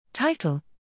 title